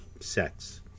sex